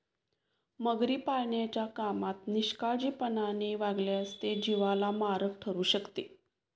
मगरी पाळण्याच्या कामात निष्काळजीपणाने वागल्यास ते जीवाला मारक ठरू शकते